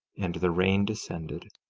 and the rain descended,